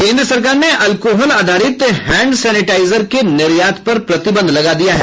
केन्द्र सरकार ने एल्कोहल आधारित हैंड सैनिटाइजर के निर्यात पर प्रतिबंध लगा दिया है